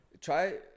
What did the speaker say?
try